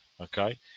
okay